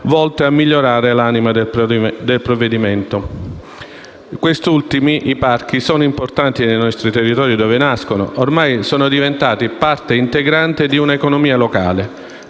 volto a migliorare l'anima del provvedimento. I parchi sono importanti nei nostri territori dove nascono; ormai sono diventati parte integrante di un'economia locale: